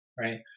right